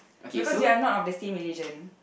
because we are not of the same religion